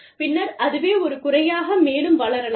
பின்னர் அதுவே ஒரு குறையாக மேலும் வளரலாம்